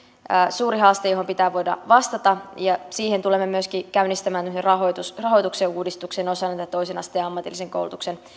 suuri haaste johon pitää voida vastata ja siihen tulemme myöskin käynnistämään tämmöisen rahoituksen uudistuksen osana tätä toisen asteen ammatillisen koulutuksen